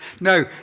No